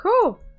cool